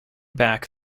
back